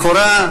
לכאורה,